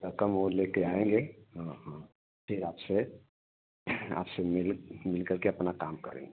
रकम वो लेके आएँगे हाँ हाँ फिर आपसे आपसे मिल मिलकर के अपना काम करेंगे